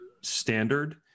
standard